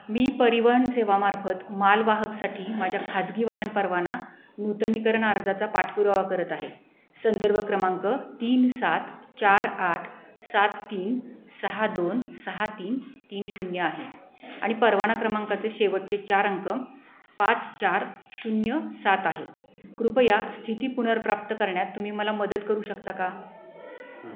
मी परिवहन सेवामार्फत मालवाहकसाठी माझ्या खाजगी वाहनपरवाना नूतनीकरण अर्जाचा पाठपुरावा करत आहे संदर्भ क्रमांक तीन सात चार आठ सात तीन सहा दोन सहा तीन तीन शून्य आहे आणि परवाना क्रमांकाचे शेवटचे चार अंक पाच चार शून्य सात आहेत कृपया स्थिती पुनर्प्राप्त करण्यात तुम्ही मला मदत करू शकता का